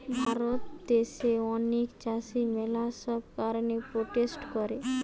ভারত দ্যাশে অনেক চাষী ম্যালা সব কারণে প্রোটেস্ট করে